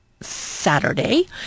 Saturday